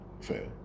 Fair